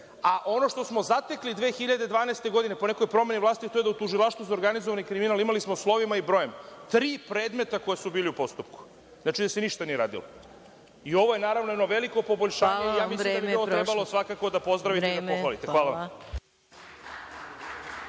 a ono što smo zatekli 2012. godine po nekoj promeni vlasti, a to je da u Tužilaštvu za organizovani kriminal, imali smo slovima i brojem tri predmeta koja su bila u postupku. Znači, da se ništa nije radilo. Ovo je naravno jedno veliko poboljšanje i mislim da bi ovo svakako trebalo da pozdravite. Hvala vam.